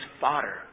fodder